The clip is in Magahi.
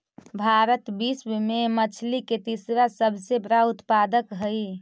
भारत विश्व में मछली के तीसरा सबसे बड़ा उत्पादक हई